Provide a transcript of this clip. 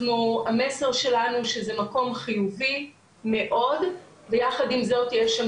המסר שלנו שזה מקום חיובי מאוד ויחד עם זאת יש שם